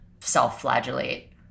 self-flagellate